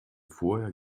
vorher